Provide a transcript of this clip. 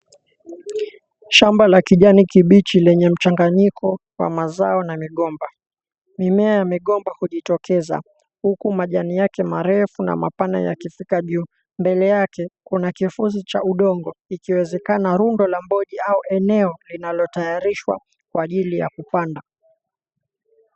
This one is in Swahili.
Shamba la kijani kibichi lenye mchanganyiko wa mazao na migomba. Mimea ya migomba kujitokeza, huku majani yake marefu na mapana yakifika juu. Mbele yake, kuna kifuzi cha udongo ikiwezekana rundo la mboji au eneo linalotayarishwa kwa ajili ya kupanda.